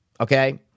Okay